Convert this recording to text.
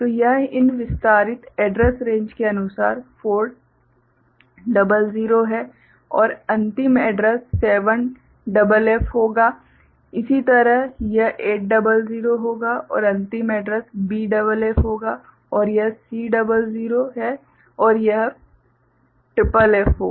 तो यह इन विस्तारित एड्रैस रेंज के अनुसार 400 है और अंतिम एड्रैस 7FF होगा इसी तरह यह 800 होगा और अंतिम एड्रैस BFF होगा और यह C00 है और यह FFF होगा